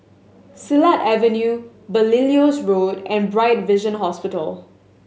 Silat Avenue Belilios Road and Bright Vision Hospital